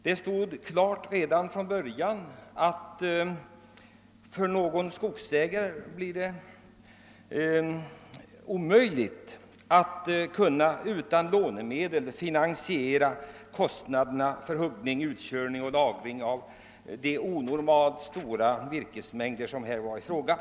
Det stod redan från början klart att det för skogsägarna var omöjligt att utan lånemedel kunna finansiera utläggen för huggning, utkörning och lagring av de onormalt stora virkesmängder som det här var fråga om.